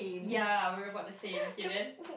ya we are about the same hidden